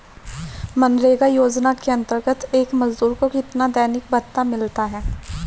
मनरेगा योजना के अंतर्गत एक मजदूर को कितना दैनिक भत्ता मिलता है?